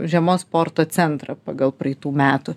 žiemos sporto centrą pagal praeitų metų